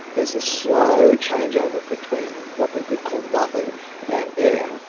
there's this slow changeover between what we could call nothing and air.